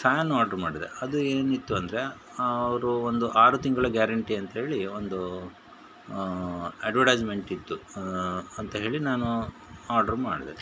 fan order ಮಾಡಿದೆ ಅದು ಏನಿತ್ತು ಅಂದರೆ ಅವರು ಒಂದು ಆರು ತಿಂಗಳ ಗ್ಯಾರಂಟಿ ಅಂತ ಹೇಳಿ ಒಂದು ಎಡ್ವಟೈಸ್ಮೆಂಟ್ ಇತ್ತು ಅಂತ ಹೇಳಿ ನಾನು ಆರ್ಡ್ರು ಮಾಡಿದೆ